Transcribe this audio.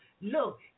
Look